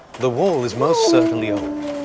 the wall is most certainly old.